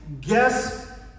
Guess